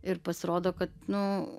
ir pasirodo kad nu